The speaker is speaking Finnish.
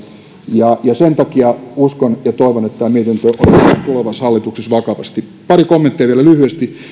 ja sen takia uskon ja toivon että tämä mietintö otetaan tulevassa hallituksessa vakavasti pari kommenttia vielä lyhyesti